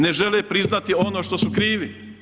Ne žele priznati ono što su krivi.